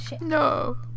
No